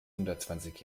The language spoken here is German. hundertzwanzig